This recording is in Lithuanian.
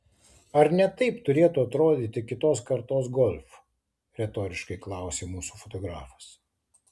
ar ne taip turėtų atrodyti kitos kartos golf retoriškai klausė mūsų fotografas